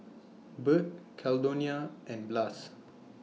Burt Caldonia and Blas